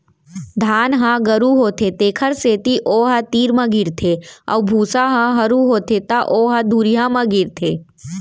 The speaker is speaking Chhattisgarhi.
धान ह गरू होथे तेखर सेती ओ ह तीर म गिरथे अउ भूसा ह हरू होथे त ओ ह दुरिहा म गिरथे